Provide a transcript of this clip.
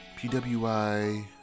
PWI